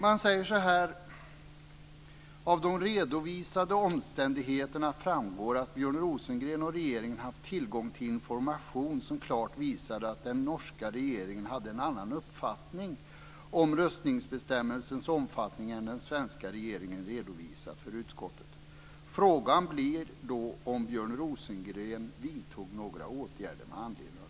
Man säger: Av de redovisade omständigheterna framgår att Björn Rosengren och regeringen haft tillgång till information som klart visade att den norska regeringen hade en annan uppfattning om röstningsbestämmelsens omfattning än den svenska regeringen redovisat för utskottet. Frågan blir då om Björn Rosengren vidtog några åtgärder med anledning av detta.